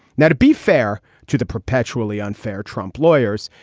now, to be fair to the perpetually unfair trump lawyers,